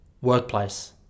workplace